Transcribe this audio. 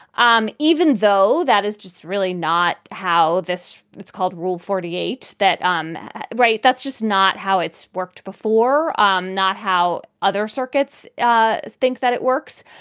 um even though that is just really not how this it's called rule forty eight. that um right. that's just not how it's worked before, um not how other circuits ah think that it works.